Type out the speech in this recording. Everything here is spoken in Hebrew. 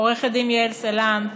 עורכת-הדין יעל סלנט,